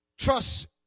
Trust